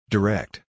Direct